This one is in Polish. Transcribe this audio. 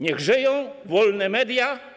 Niech żyją wolne media!